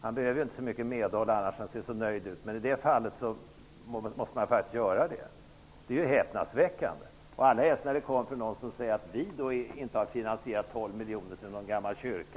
Han behöver inte så mycket medhåll annars. Han ser så nöjd ut. Men i det här fallet måste man faktiskt göra det. Kds förslag är häpnadsväckande, särskilt som det kommer från ett parti som säger att vi inte har finansierat 12 miljoner till någon gammal kyrka.